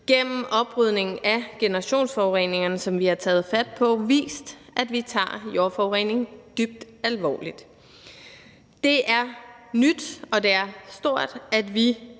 gennem oprydningen af generationsforureningerne, som vi har taget fat på, vist, at vi tager jordforurening dybt alvorligt. Det er nyt og det er stort, at vi